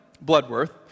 Bloodworth